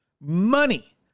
money